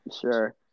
Sure